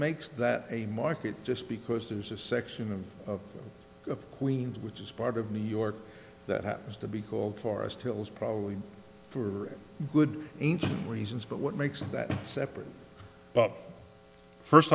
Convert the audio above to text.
makes that a market just because there's a section of of queens which is part of new york that happens to be called forest hills probably for good reasons but what makes that separate but first